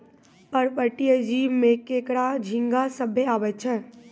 पर्पटीय जीव में केकड़ा, झींगा सभ्भे आवै छै